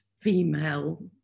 female